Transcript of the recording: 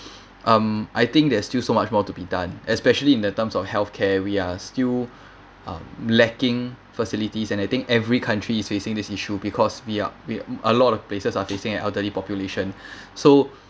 um I think there's still so much more to be done especially in the terms of healthcare we are still um lacking facilities and I think every country is facing this issue because we are we a lot of places are facing an elderly population so